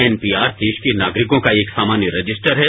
NPR देश के नागरिकों का एक सामान्य रजिस्टर है